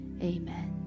Amen